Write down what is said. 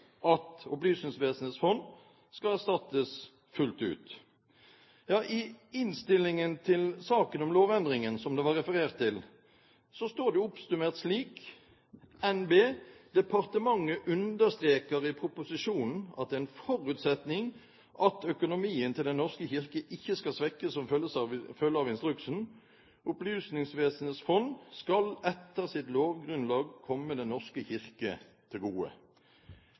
at Opplysningsvesenets fond skal erstattes fullt ut. Ja, i innstillingen til saken om lovendringen som det var referert til, står det oppsummert slik: «Departementet understreker i proposisjonen at det er en forutsetning at økonomien til Den norske kirke ikke skal svekkes som følge av instruksen. OVF skal etter sitt lovgrunnlag komme Den norske kirke til gode.»